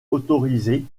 autorisé